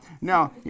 Now